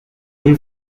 will